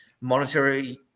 monetary